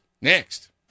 next